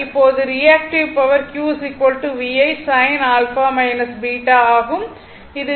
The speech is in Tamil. இப்போது reactive power Q VI sin α β ஆகும்